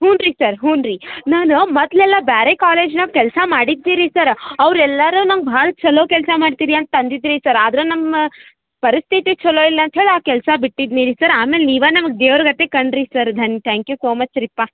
ಹ್ಞೂ ರೀ ಸರ್ ಹ್ಞೂ ರೀ ನಾನು ಮೊದಲೆಲ್ಲ ಬೇರೆ ಕಾಲೇಜ್ನ್ಯಾಗ ಕೆಲಸ ಮಾಡಿದ್ದೇರಿ ಸರ್ ಅವ್ರು ಎಲ್ಲಾರೂ ನಂಗೆ ಭಾಳ ಚಲೋ ಕೆಲಸ ಮಾಡ್ತೀರಿ ಅಂತ ಅಂದಿದ್ರು ರಿ ಸರ್ ಆದ್ರೆ ನಮ್ಮ ಪರಿಸ್ಥಿತಿ ಛಲೋ ಇಲ್ಲ ಅಂತ ಹೇಳಿ ಆ ಕೆಲಸ ಬಿಟ್ಟಿದ್ನಿ ಸರ್ ಆಮೇಲೆ ನೀವೇ ನಮ್ಗೆ ದೇವ್ರ ಗತೆ ಕಂಡಿರಿ ಸರ್ ಧನ್ ತ್ಯಾಂಕ್ ಯು ಸೋ ಮಚ್ ರೀಪ್ಪ